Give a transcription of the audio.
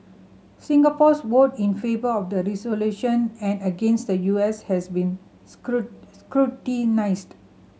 Singapore's vote in favour of the resolution and against the U S has been scrutinised